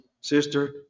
sister